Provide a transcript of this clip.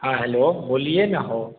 हाँ हेलो बोलिए न हो